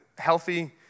healthy